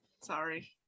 Sorry